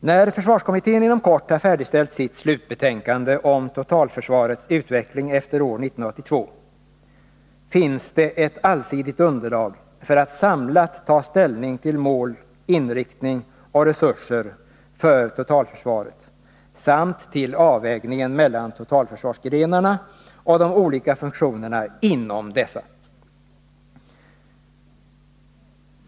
När försvarskommittén inom kort har färdigställt sitt slutbetänkande om totalförsvarets utveckling efter år 1982 finns det ett allsidigt underlag för att samlat ta ställning till mål, inriktning och resurser för totalförsvaret samt till avvägningen mellan totalförsvarsgrenarna och de olika funktionerna inom dessa.